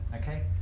okay